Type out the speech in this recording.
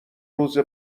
روز